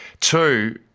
Two